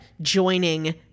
joining